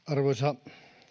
arvoisa